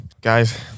Guys